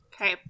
Okay